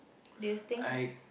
this thing